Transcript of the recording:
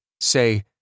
say